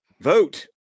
vote